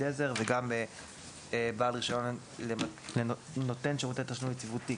עזר וגם בעל רישיון נותן שירותי תשלום יציבותי.